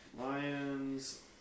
Lions